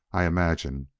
i imagine.